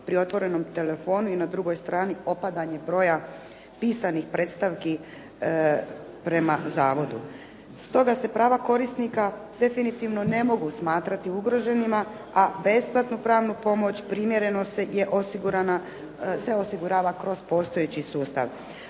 pri otvorenom telefonu i na drugoj strani opadanje broja pisanih predstavki prema zavodu. Stoga se prava korisnika definitivno ne mogu smatrati ugroženima a besplatnu pravnu pomoć primjereno se, je osigurana, se osigurava kroz postojeći sustav.